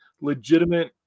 legitimate